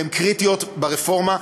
והן קריטיות ברפורמה,